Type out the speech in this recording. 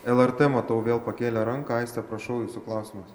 lrt matau vėl pakėlė ranką aiste prašau jūsų klausimas